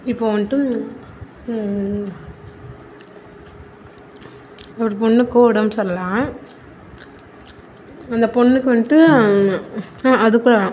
இப்போ வந்துட்டு ஒரு பொண்ணுக்கு உடம்பு சரியில்ல அந்த பொண்ணுக்கு வந்துட்டு அதுக்கூட வேணாம்